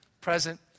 present